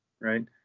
right